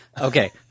Okay